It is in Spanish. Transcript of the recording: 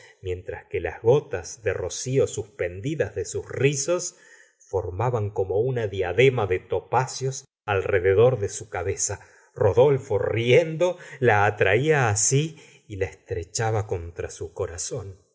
mientras que las gotas de rocío suspendidas de sus rizos formaban como una diadema de topacios alrededor de su cabeza rodolfo riendo la atraía sí y la estrechaba contra su corazón